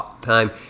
time